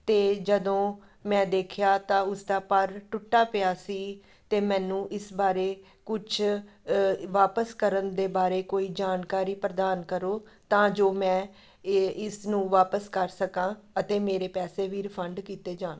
ਅਤੇ ਜਦੋਂ ਮੈਂ ਦੇਖਿਆ ਤਾਂ ਉਸਦਾ ਪਰ ਟੁੱਟਾ ਪਿਆ ਸੀ ਅਤੇ ਮੈਨੂੰ ਇਸ ਬਾਰੇ ਕੁਛ ਵਾਪਸ ਕਰਨ ਦੇ ਬਾਰੇ ਕੋਈ ਜਾਣਕਾਰੀ ਪ੍ਰਦਾਨ ਕਰੋ ਤਾਂ ਜੋ ਮੈਂ ਇਹ ਇਸ ਨੂੰ ਵਾਪਸ ਕਰ ਸਕਾਂ ਅਤੇ ਮੇਰੇ ਪੈਸੇ ਵੀ ਰਿਫੰਡ ਕੀਤੇ ਜਾਣ